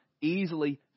easily